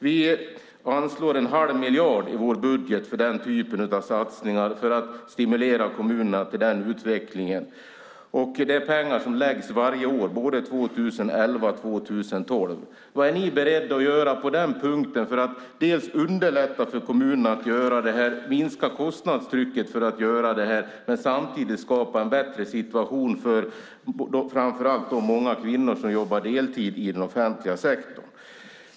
Vi anslår i vår budget 1⁄2 miljard för den typen av satsningar för att stimulera kommunerna i denna utveckling. Det är pengar som läggs varje år, både 2011 och 2012. Vad är ni beredda att göra på denna punkt för att dels underlätta för kommunerna att göra detta, minska kostnadstrycket och samtidigt skapa en bättre situation för de många framför allt kvinnor som jobbar deltid i den offentliga sektorn?